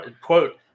quote